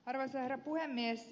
arvoisa herra puhemies